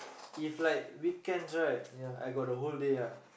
if like weekends right I got the whole day ah